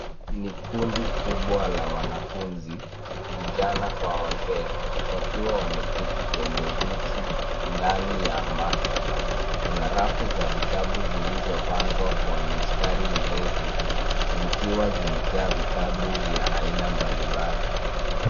Ni kundi kubwa la wanafunzi, vijana kwa wazee wakiwa wameketi kwenye viti ndani ya maktaba. Kuna rafu za vitabu zilizopangwa kwa mstari mrefu zikiwa zimejaa vitabu vya aina mbalimbali.